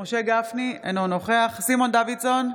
משה גפני, אינו נוכח סימון דוידסון,